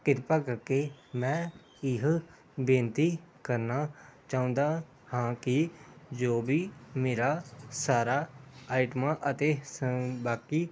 ਕਿਰਪਾ ਕਰਕੇ ਮੈਂ ਇਹ ਬੇਨਤੀ ਕਰਨਾ ਚਾਹੁੰਦਾ ਹਾਂ ਕਿ ਜੋ ਵੀ ਮੇਰਾ ਸਾਰਾ ਆਈਟਮਾਂ ਅਤੇ ਸ ਬਾਕੀ